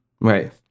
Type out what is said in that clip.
Right